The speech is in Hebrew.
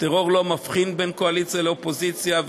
הטרור לא מבחין בין קואליציה לאופוזיציה,